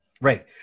right